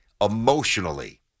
emotionally